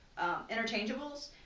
interchangeables